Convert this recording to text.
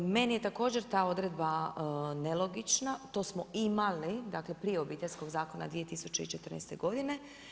Meni je također ta odredba nelogična, to smo imali, dakle prije Obiteljskog zakona 2014. godine.